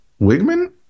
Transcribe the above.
wigman